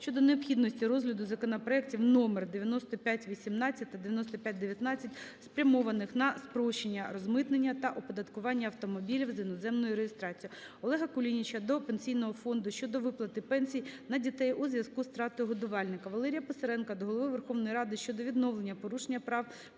щодо необхідності розгляду законопроектів №9518 та 9519 спрямованих на спрощення розмитнення та оподаткування автомобілів з іноземною реєстрацією. Олега Кулініча до Пенсійного фонду щодо виплати пенсії на дітей у зв'язку з втратою годувальника. Валерія Писаренка до Голови Верховної Ради щодо відновлення порушених прав колишніх